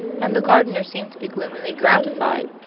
and the gardener seemed to be gloomily gratified,